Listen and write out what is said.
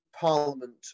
Parliament